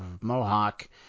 Mohawk